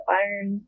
iron